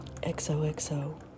xoxo